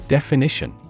Definition